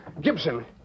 Gibson